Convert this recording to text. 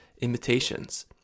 imitations